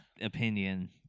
opinion